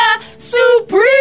Supreme